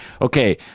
okay